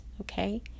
okay